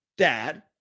Dad